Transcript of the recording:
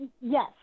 Yes